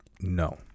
No